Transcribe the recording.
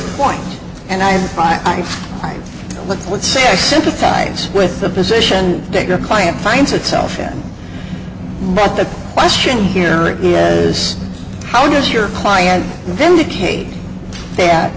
point and i'm like would say i sympathize with the position that your client finds itself in that the question here is how does your client vindicate th